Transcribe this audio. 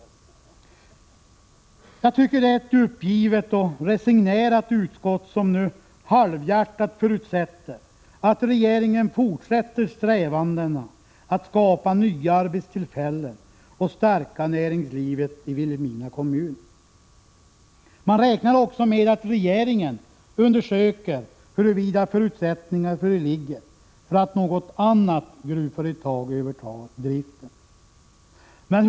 Det är ett uppgivet och resignerat utskott som nu halvhjärtat förutsätter att regeringen fortsätter strävandena att skapa nya arbetstillfällen och stärka näringslivet i Vilhelmina kommun. Man räknar också med att regeringen undersöker huruvida förutsättningar föreligger för att något annat gruvföretag övertar driften.